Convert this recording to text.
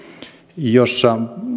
jossa on